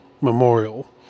memorial